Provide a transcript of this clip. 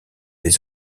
les